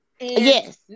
Yes